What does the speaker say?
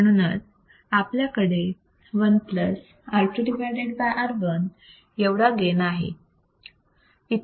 म्हणून आपल्याकडे 1R2R1 एवढा गेन आहे